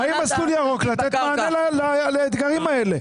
מה עם מסלול ירוק לתת מענה לאתגרים האלה?